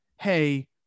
Hey